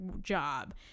job